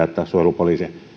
että suojelupoliisi